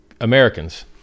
Americans